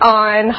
on